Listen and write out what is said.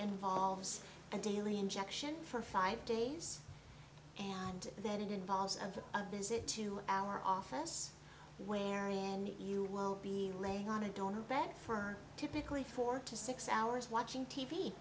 involves a daily injection for five days and then it involves of a visit to our office wherein you will be laying on a don't bet firm typically four to six hours watching t